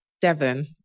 Devon